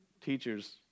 Teachers